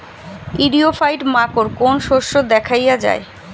ইরিও ফাইট মাকোর কোন শস্য দেখাইয়া যায়?